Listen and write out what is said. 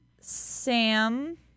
Sam